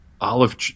Olive